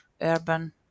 urban